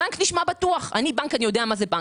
בנק נשמע בטוח אני בנק, אני יודע מה זה בנק.